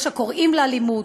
יש הקוראים לאלימות,